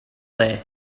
there